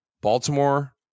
Baltimore